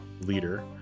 Leader